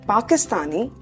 Pakistani